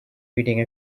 reading